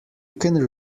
can